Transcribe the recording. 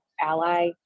ally